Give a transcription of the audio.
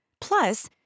Plus